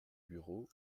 bureau